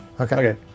Okay